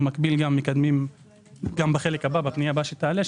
במקביל גם בפנייה הבאה שתעלה,